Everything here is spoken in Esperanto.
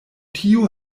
tio